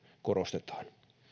korostetaan